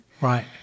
Right